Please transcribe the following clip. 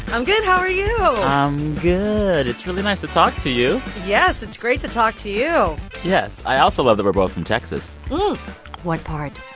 i'm good. how are you? i'm good. it's really nice to talk to you yes. it's great to talk to you yes. i also love that we're both from texas what part?